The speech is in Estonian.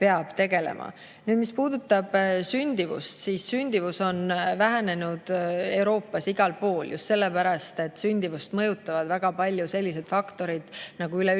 peab tegelema. Nüüd, mis puudutab sündimust, siis sündimus on vähenenud Euroopas igal pool, ja just sellepärast, et sündimust mõjutavad väga palju sellised faktorid nagu üleüldine